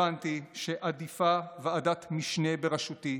הבנתי שעדיפה ועדת משנה בראשותי,